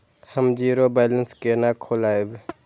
हम zero balance केना खोलैब?